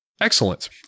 Excellent